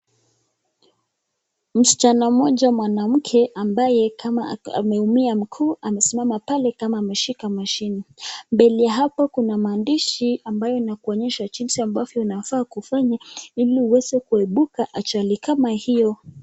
Msichana mmoja mwanamke ambaye kama ameumia mguu, amesimama pale kama ameshika mashine, mbele ya hapo kuna maandishi ambayo inakuonyesha jinsi ambavyo unafaa kufanya ili uweze kuepuka ajali kama hiyo.